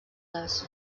les